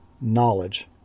knowledge